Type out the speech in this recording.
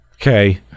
Okay